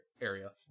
area